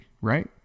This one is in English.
right